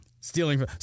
stealing